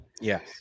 yes